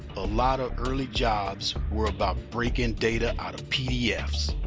a lot of early jobs were about breaking data out of pdfs.